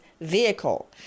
vehicle